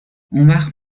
اونوقت